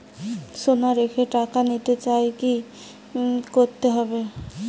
সোনা রেখে টাকা নিতে চাই কি করতে হবে?